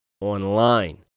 Online